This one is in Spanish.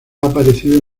aparecido